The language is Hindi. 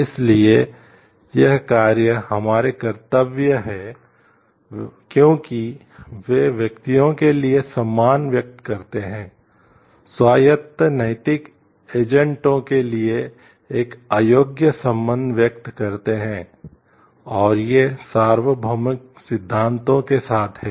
इसलिए ये कार्य हमारे कर्तव्य हैं क्योंकि वे व्यक्तियों के लिए सम्मान व्यक्त करते हैं स्वायत्त नैतिक एजेंटों के लिए एक अयोग्य संबंध व्यक्त करते हैं और ये सार्वभौमिक सिद्धांतों के साथ हैं